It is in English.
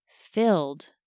filled